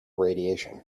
radiation